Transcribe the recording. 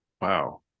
wow